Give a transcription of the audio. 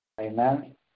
Amen